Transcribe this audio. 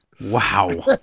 Wow